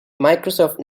microsoft